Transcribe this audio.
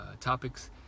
topics